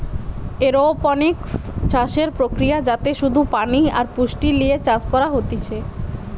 aeroponics চাষের প্রক্রিয়া যাতে শুধু পানি আর পুষ্টি লিয়ে চাষ করা হতিছে